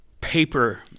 paper